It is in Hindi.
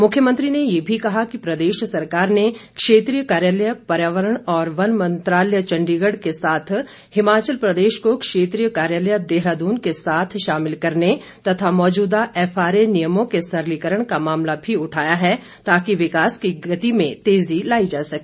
मुख्यमंत्री ने ये भी कहा कि प्रदेश सरकार ने क्षेत्रीय कार्यालय पर्यावरण और वन मंत्रालय चंडीगढ़ के साथ हिमाचल प्रदेश को क्षेत्रीय कार्यालय देहरादून के साथ शामिल करने तथा मौजूदा एफआरए नियमों के सरलीकरण का मामला भी उठाया है ताकि विकास की गति में तेज़ी लाई जा सके